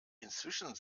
inzwischen